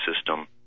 system